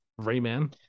Rayman